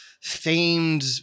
Famed